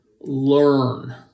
learn